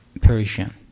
Persian